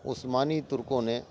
عثمانی ترکوں نے